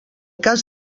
cas